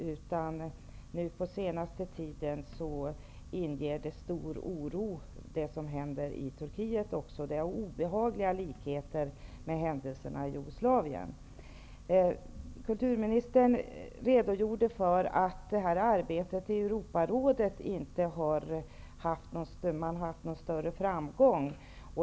Under den senaste tiden inger också det som händer i Turkiet stor oro. Det finns obehagliga likheter med händelserna i Jugoslavien. Kulturministern redogjorde för att man i det här arbetet i Europarådet inte har haft någon större framgång.